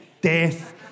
death